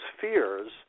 fears